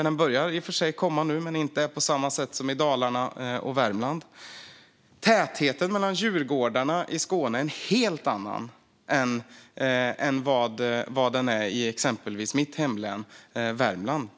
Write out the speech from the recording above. Den börjar komma nu men inte på samma sätt som i Dalarna och Värmland. Tätheten mellan djurgårdarna i Skåne är en helt annan än vad den är i exempelvis mitt hemlän Värmland.